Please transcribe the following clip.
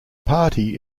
party